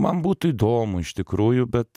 man būtų įdomu iš tikrųjų bet